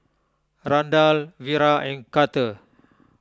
Randall Vira and Carter